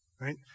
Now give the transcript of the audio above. right